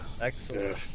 Excellent